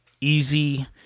easy